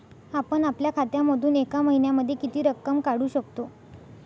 आपण आपल्या खात्यामधून एका महिन्यामधे किती रक्कम काढू शकतो?